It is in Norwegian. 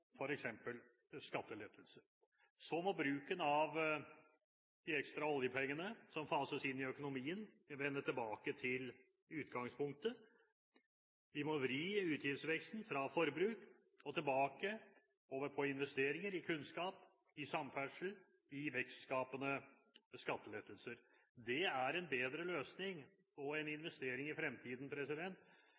skattelettelser. Så må bruken av de ekstra oljepengene som fases inn i økonomien, vende tilbake til utgangspunktet. Vi må vri utgiftsveksten fra forbruk og tilbake over på investeringer i kunnskap, samferdsel og vekstskapende skattelettelser. Det er en bedre løsning og investering i fremtiden